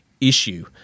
issue